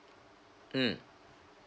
mm